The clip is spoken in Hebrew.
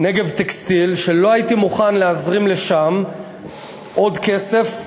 "נגב טקסטיל", שלא הייתי מוכן להזרים לשם עוד כסף,